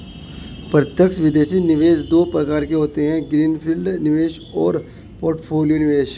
प्रत्यक्ष विदेशी निवेश दो प्रकार के होते है ग्रीन फील्ड निवेश और पोर्टफोलियो निवेश